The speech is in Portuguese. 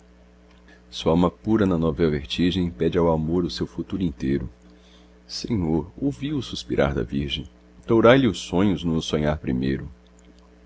sua alma pura na novel vertigem pede ao amor o seu futuro inteiro senhor ouvi o suspirar da virgem dourai lhe os sonhos no sonhar primeiro